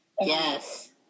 Yes